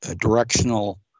directional